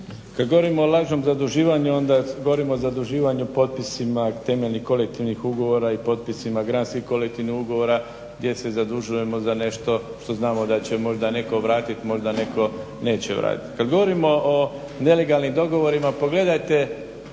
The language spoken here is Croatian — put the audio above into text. Kad govorimo o lažnom zaduživanju onda govorimo o zaduživanju potpisima temeljnih kolektivnih ugovora i potpisima granskih kolektivnih ugovora gdje se zadužujemo za nešto što znamo da će možda netko vratiti, možda netko neće vratiti. Kad govorimo o nelegalnim dogovorima pogledajte